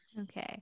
Okay